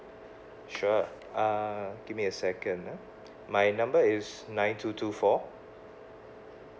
sure uh give me a second ah my number is nine two two four